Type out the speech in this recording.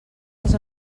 dels